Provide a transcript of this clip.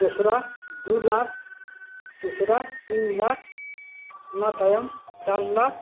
ᱫᱚᱥᱨᱟ ᱫᱩ ᱞᱟᱠᱷ ᱛᱮᱥᱨᱟ ᱛᱤᱱ ᱞᱟᱠᱷ ᱚᱱᱟ ᱛᱟᱭᱚᱢ ᱪᱟᱨ ᱞᱟᱠᱷ